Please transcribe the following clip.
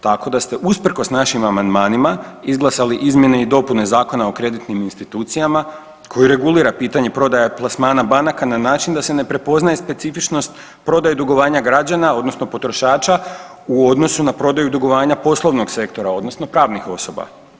Tako da ste usprkos našim amandmanima izglasali Izmjene i dopune Zakona o kreditnim institucijama koji regulira pitanje prodaja plasmana banaka na način da se ne prepoznaje specifičnost prodaje dugovanja građana, odnosno potrošača u odnosu na prodaju dugovanja poslovnog sektora, odnosno pravnih osoba.